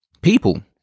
People